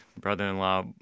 brother-in-law